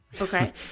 Okay